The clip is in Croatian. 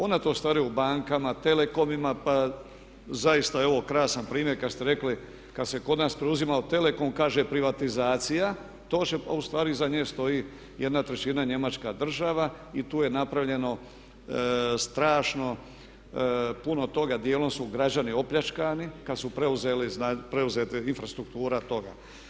Ona to ostvaruje u bankama, telekomima pa zaista je ovo krasan primjer kad ste rekli kad se kod nas preuzimao telekom kaže privatizacija, a ustvari iznad nje stoji jedna trećina Njemačka država i tu je napravljeno strašno puno toga, dijelom su građani opljačkani kad su preuzete infrastrukture toga.